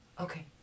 Okay